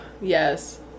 Yes